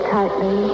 tightly